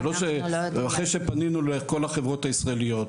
אחרי שפנינו לכל החברות הישראליות,